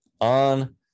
on